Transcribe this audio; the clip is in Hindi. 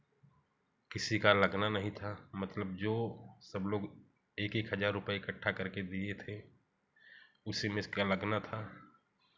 किसी का लगना नहीं था मतलब जो सब लोग एक एक हज़ार रुपये इखट्टा कर के दिए थे उसी में से लगना था